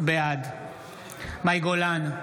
בעד מאי גולן,